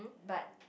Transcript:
but